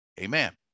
amen